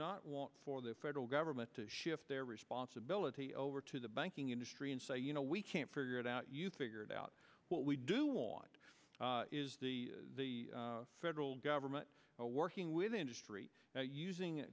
not want for the federal government to shift their responsibility over to the banking industry and say you know we can't figure it out you figure it out what we do want is the federal government working with industry using